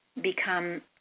become